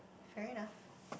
fair enough